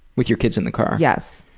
with your kids in the car. yes.